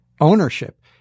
ownership